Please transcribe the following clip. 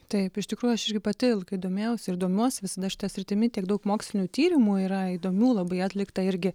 taip iš tikrųjų aš irgi pati ilgai domėjausi ir domiuosi visada šita sritimi tiek daug mokslinių tyrimų yra įdomių labai atlikta irgi